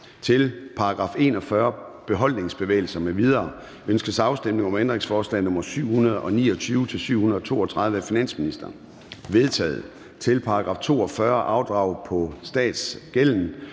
Til § 41. Beholdningsbevægelser m.v. Ønskes afstemning om ændringsforslag nr. 729-732 af finansministeren? De er vedtaget. Til § 42. Afdrag på statsgælden